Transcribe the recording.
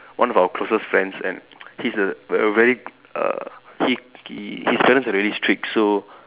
one of our closest friends and he's a a very err he he his parents are really strict so